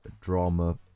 drama